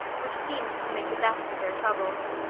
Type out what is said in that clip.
which seemed to make the best of their troubles.